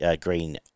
Green